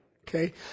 Okay